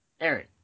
Aaron